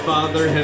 Father